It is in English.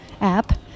app